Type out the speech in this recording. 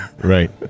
right